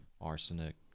arsenic